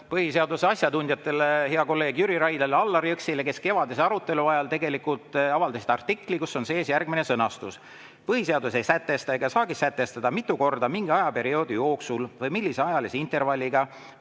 põhiseaduse asjatundjatele, headele kolleegidele Jüri Raidlale ja Allar Jõksile, kes kevadise arutelu ajal tegelikult avaldasid artikli, kus on sees järgmine sõnastus: "Põhiseadus ei sätesta ega saagi sätestada, mitu korda mingi ajaperioodi jooksul või millise ajalise intervalliga